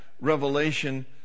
revelation